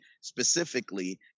specifically